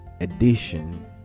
edition